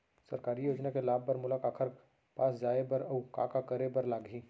सरकारी योजना के लाभ बर मोला काखर पास जाए बर अऊ का का करे बर लागही?